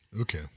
Okay